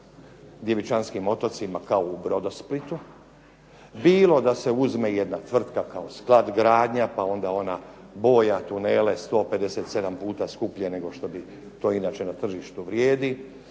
Djevičanskim otocima kao u "Brodosplitu", bilo da se uzme jedna tvrtka kao skladgradnja, pa onda ona boja tunele 157 puta skuplje nego što bi to inače na tržištu vrijedi,